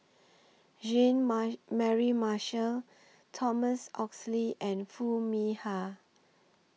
Jean Mary Marshall Thomas Oxley and Foo Mee Har